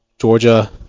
Georgia